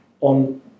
on